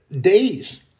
days